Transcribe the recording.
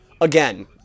Again